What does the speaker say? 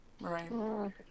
Right